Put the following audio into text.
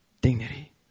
Dignity